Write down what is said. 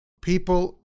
people